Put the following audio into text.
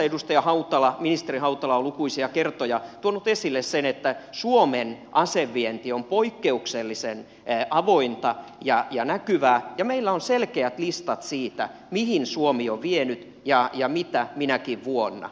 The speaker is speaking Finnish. muun muassa ministeri hautala on lukuisia kertoja tuonut esille sen että suomen asevienti on poikkeuksellisen avointa ja näkyvää ja meillä on selkeät listat siitä mihin suomi on vienyt ja mitä ja minäkin vuonna